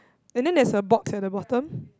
and then there's a box at the bottom